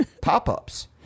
pop-ups